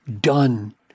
done